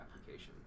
application